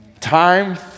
time